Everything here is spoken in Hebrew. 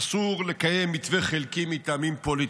אסור לקיים מתווה חלקי מטעמים פוליטיים.